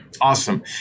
awesome